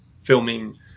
filming